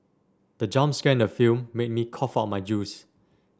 the jump scare in the film made me cough out my juice